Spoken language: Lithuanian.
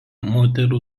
moterų